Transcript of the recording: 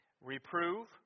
Reprove